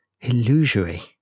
illusory